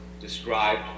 described